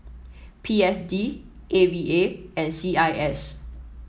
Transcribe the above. P S D A V A and C I S